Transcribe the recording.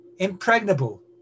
Impregnable